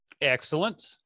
excellent